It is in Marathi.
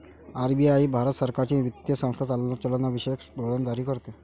आर.बी.आई भारत सरकारची वित्तीय संस्था चलनविषयक धोरण जारी करते